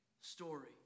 story